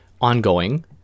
ongoing